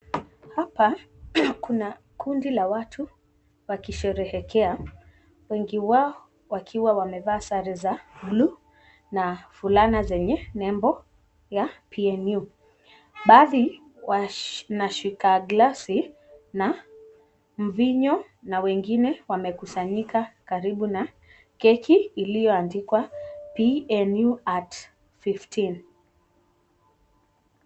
Hapa kuna kundi la watu, wakisherehekea. Wengi wao wakiwa wamevalia sare za buluu na vulana zenye nembo ya PNU.Baadhi wanashika klasi na mvinyo, na wengine wamekusanyika karibu na keki, iliyoandikwa, PNU, at 15.